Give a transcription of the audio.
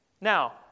Now